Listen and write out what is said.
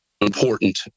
important